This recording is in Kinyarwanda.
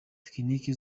tekinike